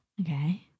Okay